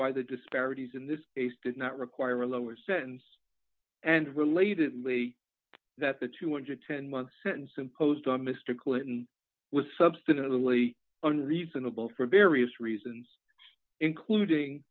why the disparities in this case did not require a lower sentence and relatedly that the two hundred and ten month sentence imposed on mr clinton was substantively on reasonable for various reasons including